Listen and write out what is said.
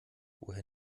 woher